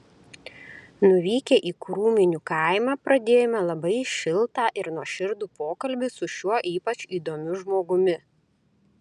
nuvykę į krūminių kaimą pradėjome labai šiltą ir nuoširdų pokalbį su šiuo ypač įdomiu žmogumi